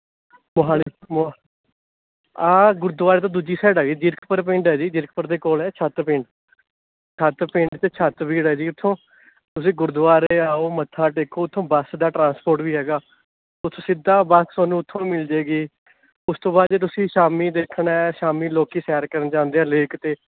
ਮੋਹਾਲੀ ਮੋਹਾ ਆਹ ਗੁਰਦੁਆਰੇ ਤੋਂ ਦੂਜੀ ਸਾਈਡ ਹੈ ਜੀ ਜ਼ੀਰਕਪੁਰ ਪਿੰਡ ਹੈ ਜੀ ਜ਼ੀਰਕਪੁਰ ਦੇ ਕੋਲ ਛੱਤ ਪਿੰਡ ਛੱਤ ਪਿੰਡ 'ਚ ਛੱਤਬੀੜ ਹੈ ਜੀ ਉੱਥੋਂ ਤੁਸੀਂ ਗੁਰਦੁਆਰੇ ਆਉ ਮੱਥਾ ਟੇਕੋ ਉੱਥੋਂ ਬੱਸ ਦਾ ਟ੍ਰਾਂਸਪੋਰਟ ਵੀ ਹੈਗਾ ਉੱਥੋਂ ਸਿੱਧਾ ਬੱਸ ਤੁਹਾਨੂੰ ਉੱਥੋਂ ਮਿਲ ਜੇਗੀ ਉਸ ਤੋਂ ਬਾਅਦ ਜੇ ਤੁਸੀਂ ਸ਼ਾਮੀ ਦੇਖਣਾ ਹੈ ਸ਼ਾਮੀ ਲੋਕ ਸੈਰ ਕਰਨ ਜਾਂਦੇ ਹੈ ਲੇਕ 'ਤੇ